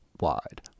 wide